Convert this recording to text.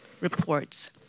reports